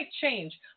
change